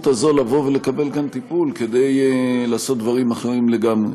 הזאת לבוא ולקבל טיפול כדי לעשות דברים אחרים לגמרי.